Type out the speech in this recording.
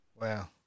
Wow